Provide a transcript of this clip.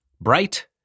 bright